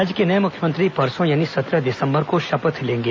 राज्य के नये मुख्यमंत्री परसों यानी सत्रह दिसंबर को शपथ लेंगे